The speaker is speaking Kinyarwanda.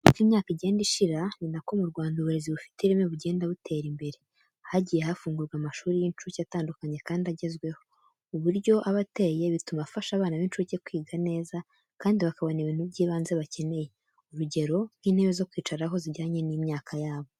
Uko imyaka igenda ishira, ni nako mu Rwanda uburezi bufite ireme bugenda butera imbere. Hagiye hafungurwa amashuri y'incuke atandukanye kandi agezweho. Uburyo aba ateye bituma afasha abana b'incuke kwiga neza kandi bakabona ibintu by'ibanze bakeneye, urugero nk'intebe zo kwicaraho zijyanye n'imyaka yabo.